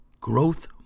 Growth